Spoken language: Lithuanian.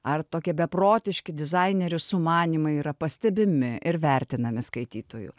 ar tokie beprotiški dizainerių sumanymai yra pastebimi ir vertinami skaitytojų